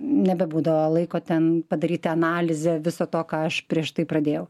nebebūdavo laiko ten padaryti analizę viso to ką aš prieš tai pradėjau